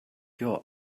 your